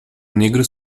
negro